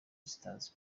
zitazi